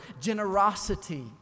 generosity